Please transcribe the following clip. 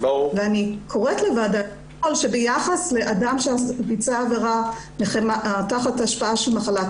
אני קוראת לוועדה לשקול שביחס לאדם שביצע עבירה תחת השפעה של מחלת